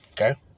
Okay